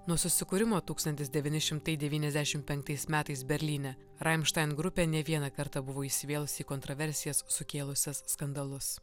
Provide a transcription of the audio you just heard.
nuo susikūrimo tūkstantis devyni šimtai devyniasdešimt penktais metais berlyne rammstein grupė ne vieną kartą buvo įsivėlusi į kontroversijas sukėlusias skandalus